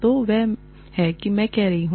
तो वह है मैं कह रहा हूँ